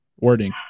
wording